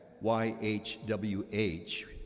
Y-H-W-H